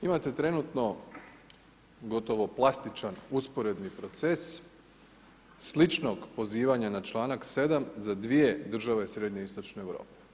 Imate trenutno gotovo plastičan, usporedni proces, sličnog pozivanja na članak 7. za dvije države srednjeistočne Europe.